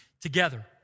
together